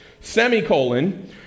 Semicolon